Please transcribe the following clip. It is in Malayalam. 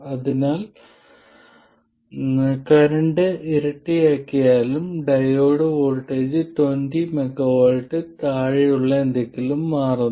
അതിനാൽ കറന്റ് ഇരട്ടിയാക്കിയാലും ഡയോഡ് വോൾട്ടേജ് 20mV ൽ താഴെയുള്ള എന്തെങ്കിലും മാറ്റുന്നു